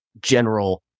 general